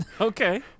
Okay